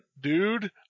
dude